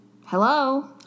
Hello